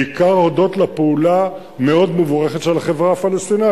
בעיקר הודות לפעולה המאוד מבורכת של החברה הפלסטינית.